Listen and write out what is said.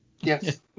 Yes